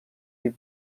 des